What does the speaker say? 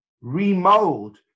remold